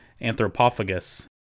Anthropophagus